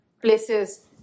Places